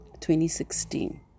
2016